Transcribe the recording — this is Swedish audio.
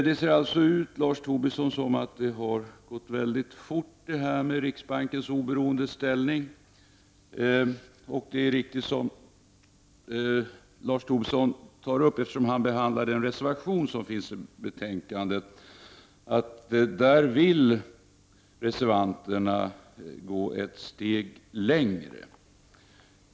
Det ser alltså, Lars Tobisson, ut som om det har gått mycket fort med riksbankens oberoende ställning. Det som Lars Tobisson tar upp är riktigt, eftersom han behandlar den reservation som finns fogad till betänkandet. I den vill reservanterna gå ett steg längre.